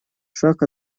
шаг